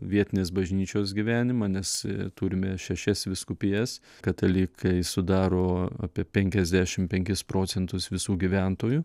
vietinės bažnyčios gyvenimą nes turime šešias vyskupijas katalikai sudaro apie penkiasdešim penkis procentus visų gyventojų